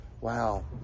wow